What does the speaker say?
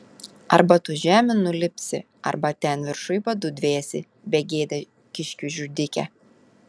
arba tu žemėn nulipsi arba ten viršuj badu dvėsi begėde kiškių žudike